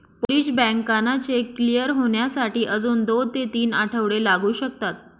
Polish बँकांना cheque clear होण्यासाठी अजून दोन ते तीन आठवडे लागू शकतात